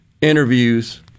interviews